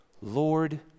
Lord